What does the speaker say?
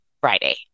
Friday